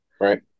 right